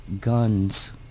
guns